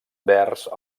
vers